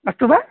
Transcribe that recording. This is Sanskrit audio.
अस्तु वा